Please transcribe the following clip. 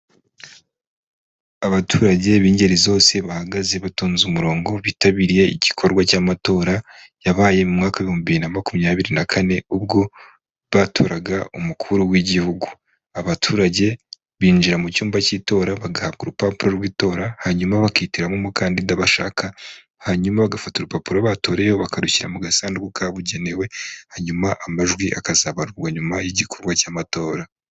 Abaturage b'ingeri zose bahagaze batonze umurongo bitabiriye igikorwa cy'amatora yabaye mu mwaka w'ibihumbi bibiri na makumyabiri na kane, ubwo batoraga umukuru w'igihugu, abaturage binjira mu cyumba cy'itora bagahabwa urupapuro rw'itora, hanyuma bakitiramo umukandida bashaka, hanyuma bagafata urupapuro batoreyeyo bakarushyira mu gasanduku kabugenewe, hanyuma amajwi akazabarwa nyuma y'igikorwa cy'amatora.